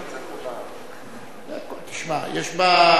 שמע,